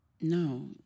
No